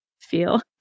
feel